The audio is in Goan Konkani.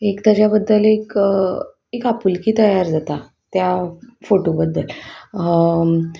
एक ताज्या बद्दल एक एक आपुलकी तयार जाता त्या फोटो बद्दल